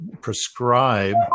prescribe